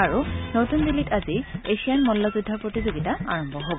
আৰু নতুন দিল্লীত আজি এছীয়ান মল্লযুদ্ধ প্ৰতিযোগিতা আৰম্ভ হ'ব